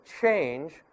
change